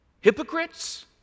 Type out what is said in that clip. hypocrites